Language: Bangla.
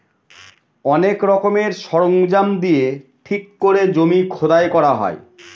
অনেক রকমের সরঞ্জাম দিয়ে ঠিক করে জমি খোদাই করা হয়